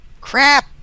Crap